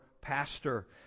pastor